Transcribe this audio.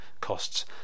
costs